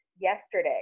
yesterday